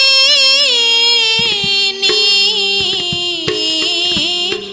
e